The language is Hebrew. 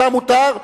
אותה מותר,